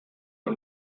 der